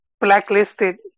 blacklisted